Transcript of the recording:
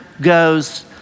goes